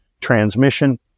transmission